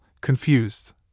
confused